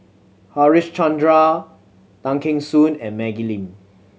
Harichandra Tay Kheng Soon and Maggie Lim